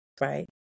right